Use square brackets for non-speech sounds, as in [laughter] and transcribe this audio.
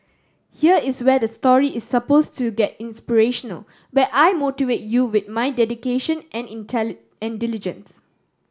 here is where the story is suppose to get inspirational where I motivate you with my dedication and [unintelligible] and diligence